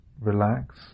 relax